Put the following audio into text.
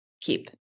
keep